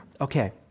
okay